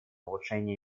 улучшение